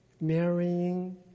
marrying